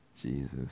Jesus